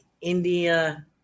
India